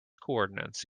coordinates